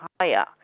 higher